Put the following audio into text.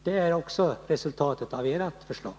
Det är också ett resultat av ert förslag.